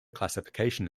classification